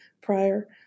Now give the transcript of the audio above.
prior